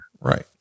Right